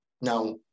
Now